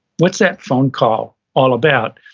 what's that phone call all about?